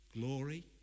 glory